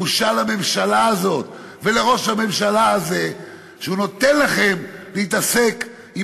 בושה לממשלה הזאת ולראש הממשלה הזה שנותן לכם להתעסק עם